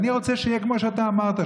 אני רוצה שיהיה כמו שאתה אמרת,